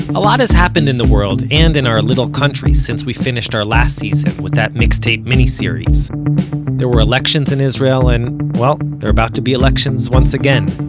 a lot's happened in the world, and in our little country, since we finished our last season with that mixtape mini-series there were elections in israel, and, well, there are about to be elections once again.